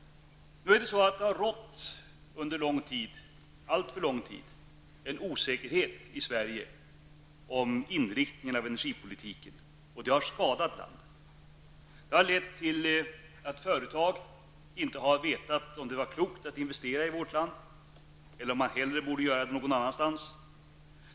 Det har i Sverige under allt för lång tid rått en osäkerhet om inriktningen av energipolitiken, och det har skadat landet. Det har lett till att företag inte kunnat veta om det var klokt att investera i vårt land eller om de hellre borde göra det någon annanstans.